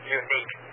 unique